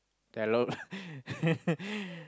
then I loud